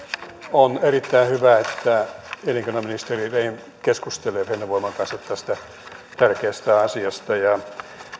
on erittäin hyvä että elinkeinoministeri rehn keskustelee fennovoiman kanssa tästä tärkeästä asiasta ja